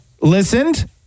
Listened